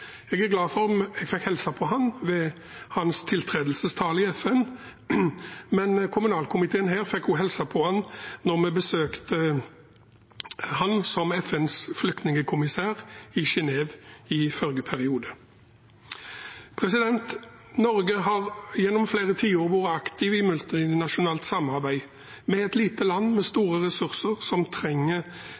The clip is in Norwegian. Jeg er glad for at jeg fikk hilse på ham ved hans tiltredelsestale i FN. Kommunalkomiteen her fikk også hilse på ham da vi besøkte ham som FNs flyktningkommissær i Genève i forrige periode. Norge har gjennom flere tiår vært aktiv i multinasjonalt samarbeid. Vi er et lite land med store ressurser som trenger